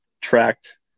tracked